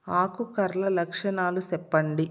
ఆకు కర్ల లక్షణాలు సెప్పండి